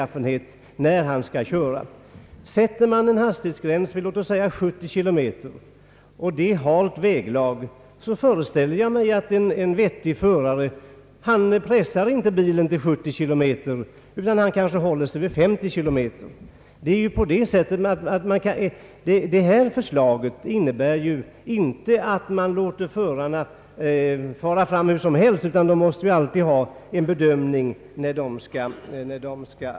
Om det är halt väglag på en väg med en hastighetsgräns vid låt oss säga 70 km i timmen, föreställer jag mig att en vettig förare inte pressar bilen till 70, utan kanske håller sig till 50 km i timmen. Förslaget innebär ju inte att man låter förarna fara fram hur som helst, utan de måste alltid bedöma hur fort de kan köra.